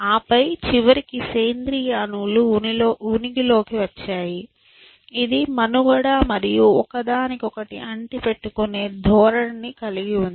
ఆపై చివరికి సేంద్రీయ అణువులు ఉనికిలోకి వచ్చాయి ఇది మనుగడ మరియు ఒకదానికొకటి అంటిపెట్టుకునే ధోరణిని కలిగి ఉంది